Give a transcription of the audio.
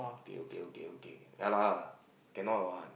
okay okay okay okay ya lah cannot what